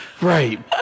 Right